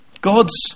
God's